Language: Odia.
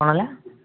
କ'ଣ ହେଲା